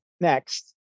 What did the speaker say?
Next